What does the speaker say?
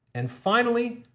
and finally,